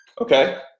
Okay